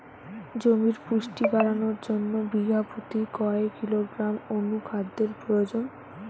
জমির পুষ্টি বাড়ানোর জন্য বিঘা প্রতি কয় কিলোগ্রাম অণু খাদ্যের প্রয়োজন?